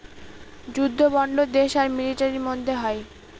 যুদ্ধ বন্ড দেশ আর মিলিটারির মধ্যে হয়